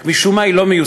רק משום מה היא לא מיושמת,